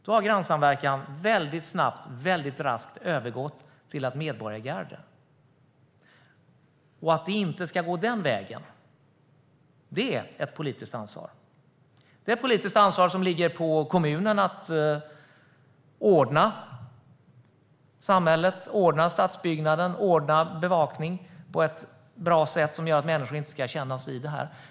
Då har grannsamverkan väldigt raskt övergått till ett medborgargarde. Att det inte ska gå den vägen är ett politiskt ansvar som ligger på kommunen med att ordna samhället, stadsbyggnaden och bevakning på ett bra sätt som gör att människor inte ska kännas vid detta.